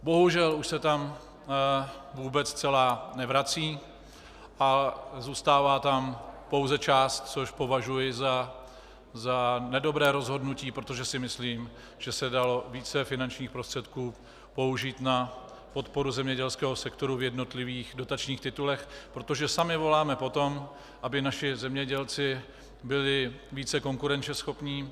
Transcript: Bohužel už se tam vůbec celá nevrací a zůstává tam pouze část, což považuji za nedobré rozhodnutí, protože si myslím, že se dalo více finančních prostředků použít na podporu zemědělského sektoru v jednotlivých dotačních titulech, protože sami voláme po tom, aby naši zemědělci byli více konkurenceschopní.